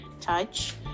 touch